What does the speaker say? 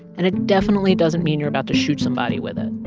and it definitely doesn't mean you're about to shoot somebody with it,